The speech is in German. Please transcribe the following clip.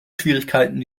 schwierigkeiten